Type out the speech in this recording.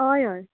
हय हय